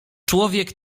człowiek